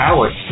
Alex